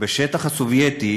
בשטח הסובייטי